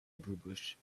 bush